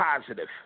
positive